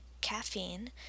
caffeine